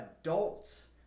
adults